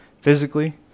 physically